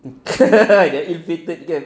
that inflicted camp